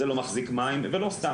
זה "לא מחזיק מים" ולא סתם,